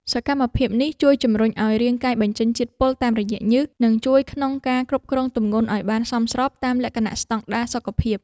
សកម្មភាពនេះជួយជម្រុញឱ្យរាងកាយបញ្ចេញជាតិពុលតាមរយៈញើស និងជួយក្នុងការគ្រប់គ្រងទម្ងន់ឱ្យបានសមស្របតាមលក្ខណៈស្តង់ដារសុខភាព។